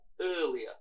earlier